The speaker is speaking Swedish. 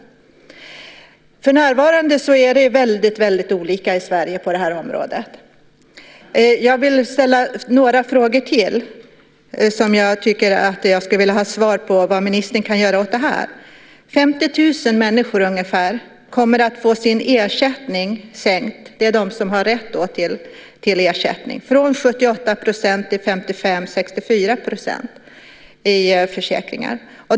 För närvarande är det väldigt olika i Sverige på det här området. Jag vill ställa några frågor till som jag skulle vilja att ministern svarar på och talar om vad han kan göra åt dessa saker. Ungefär 50 000 människor kommer att få sin ersättning sänkt - det är de som har rätt till ersättning - från 78 % till 64 % i försäkringen.